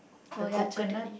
the coconut